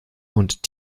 und